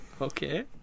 Okay